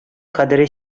кадере